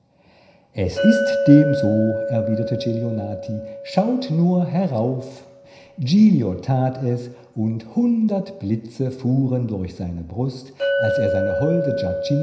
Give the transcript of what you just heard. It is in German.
es ist dem so erwiderte celionati schaut nur herauf giglio tat es und hundert blitze fuhren durch seine brust als er seine holde